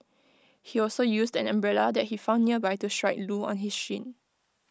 he also used an umbrella that he found nearby to strike Loo on his shin